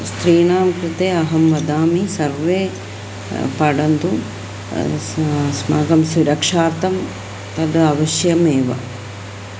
स्त्रीणां कृते अहं वदामि सर्वे पठन्तु अस् अस्माकं सुरक्षार्थं तद् अवश्यमेव